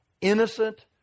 innocent